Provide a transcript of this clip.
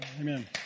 Amen